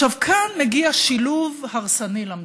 עכשיו, כאן מגיע שילוב הרסני למדינה,